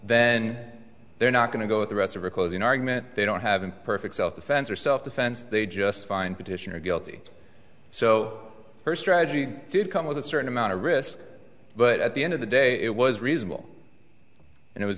then they're not going to go with the rest of our closing argument they don't have imperfect self defense or self defense they just find petitioner guilty so her strategy did come with a certain amount of risk but at the end of the day it was reasonable and it was